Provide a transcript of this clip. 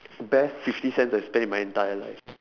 best fifty cents I've spent in my entire life